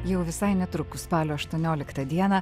jau visai netrukus spalio aštuonioliktą dieną